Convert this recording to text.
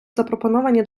запропоновані